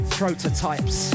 prototypes